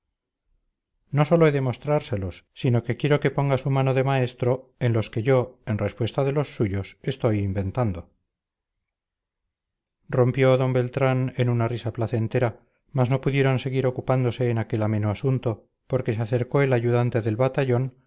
no sólo he de mostrárselos sino que quiero que ponga su mano de maestro en los que yo en respuesta de los suyos estoy inventando rompió d beltrán en una risa placentera mas no pudieron seguir ocupándose en aquel ameno asunto porque se acercó el ayudante del batallón